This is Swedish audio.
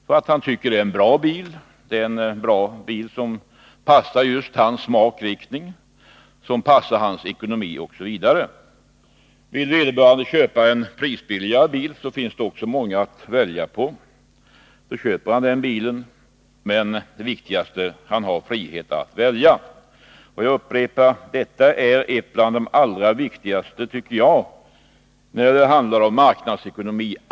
Han kanske tycker att det är en bra bil som passar hans smak, hans ekonomi osv. Vill han köpa en prisbilligare bil har han också många att välja bland. Det viktiga är alltså att han har frihet att välja. Jag upprepar därför att konsumenten har valfrihet i marknadsekonomin.